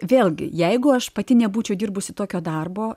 vėlgi jeigu aš pati nebūčiau dirbusi tokio darbo